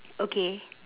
okay